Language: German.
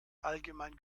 allgemein